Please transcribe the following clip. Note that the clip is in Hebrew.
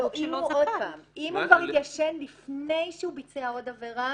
אם זה כבר התיישן לפני שהוא ביצע עוד עבירה,